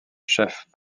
chef